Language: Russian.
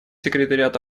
секретариат